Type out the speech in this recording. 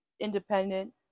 independent